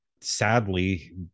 sadly